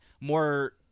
More